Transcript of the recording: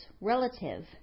relative